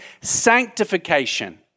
sanctification